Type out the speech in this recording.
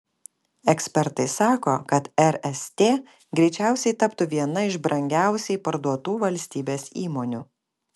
ekspertai sako kad rst greičiausiai taptų viena iš brangiausiai parduotų valstybės įmonių